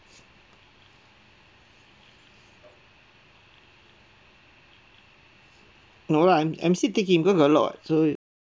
no lah I'm I'm still thinking because got a lot [what] so